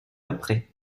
après